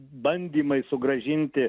bandymai sugrąžinti